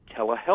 telehealth